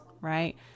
right